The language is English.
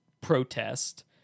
protest